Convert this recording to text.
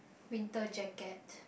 winter jacket